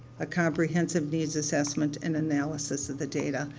a comprehensive needs assessment and analysis of the data.